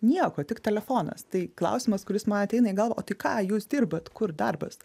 nieko tik telefonas tai klausimas kuris man ateina į galvą ką jūs dirbat kur darbas